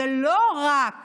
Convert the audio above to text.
ולא רק